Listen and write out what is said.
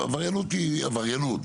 עבריינות היא עבריינות.